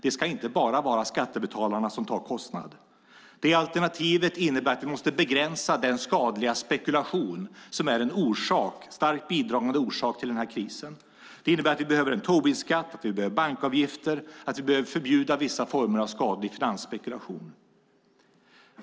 Det ska inte bara vara skattebetalarna som tar kostnaderna. Det alternativet innebär att vi måste begränsa den skadliga spekulation som är en starkt bidragande orsak till krisen. Det innebär att vi behöver en Tobinskatt, bankavgifter och förbjuda vissa former av skadlig finansspekulation.